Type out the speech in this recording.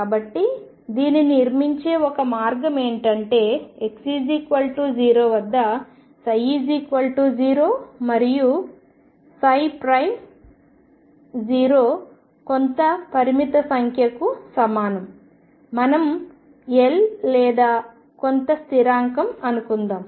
కాబట్టి దీనిని నిర్మించే ఒక మార్గం ఏమిటంటే x0 వద్ద ψ 0 మరియు కొంత పరిమిత సంఖ్యకు సమానం మనం 1 లేదా కొంత స్థిరాంకం అనుకుందాం